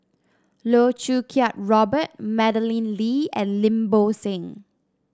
Loh Choo Kiat Robert Madeleine Lee and Lim Bo Seng